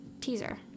teaser